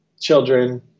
children